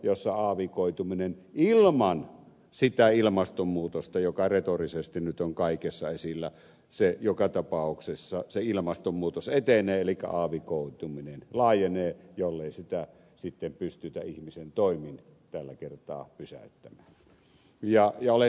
sillä alueella ilman sitä ilmastonmuutosta joka retorisesti nyt on kaikessa esillä joka tapauksessa se ilmastonmuutos etenee aavikoituminen laajenee jollei sitä sitten pystytä ihmisen toimin tällä kertaa pysäyttämään